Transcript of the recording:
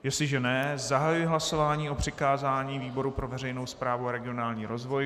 Jestliže ne, zahajuji hlasování o přikázání výboru pro veřejnou správu a regionální rozvoj.